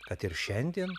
kad ir šiandien